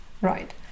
right